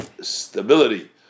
stability